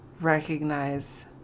recognize